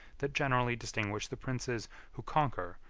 that generally distinguish the princes who conquer,